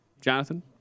Jonathan